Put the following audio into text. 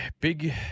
big